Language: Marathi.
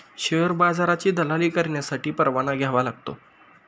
शेअर बाजाराची दलाली करण्यासाठी परवाना घ्यावा लागतो